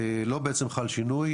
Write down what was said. לא חל שינוי,